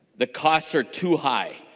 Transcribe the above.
the costs are too high.